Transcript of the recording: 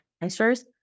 answers